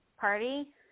party